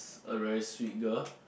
a very sweet girl